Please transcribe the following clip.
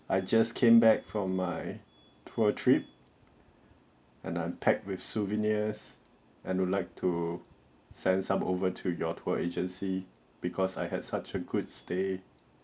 I just came back from my tour trip and I'm packed with souvenirs and would like to send some over to your tour agency because I had such a good stay